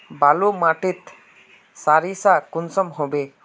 बालू माटित सारीसा कुंसम होबे?